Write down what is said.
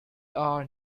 are